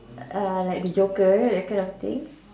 uh like the joker that kind of thing